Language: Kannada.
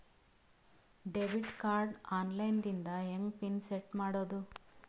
ಡೆಬಿಟ್ ಕಾರ್ಡ್ ಆನ್ ಲೈನ್ ದಿಂದ ಹೆಂಗ್ ಪಿನ್ ಸೆಟ್ ಮಾಡೋದು?